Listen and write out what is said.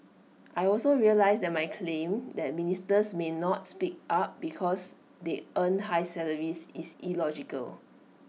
I also realise that my claim that ministers may not speak up because they earn high salaries is illogical